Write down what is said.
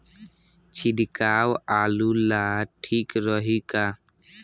छिड़काव आलू ला ठीक रही का?